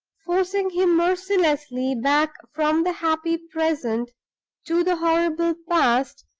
forcing him mercilessly back from the happy present to the horrible past,